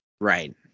Right